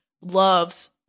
loves